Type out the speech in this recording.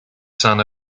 son